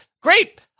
great